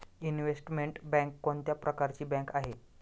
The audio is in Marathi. इनव्हेस्टमेंट बँक कोणत्या प्रकारची बँक आहे?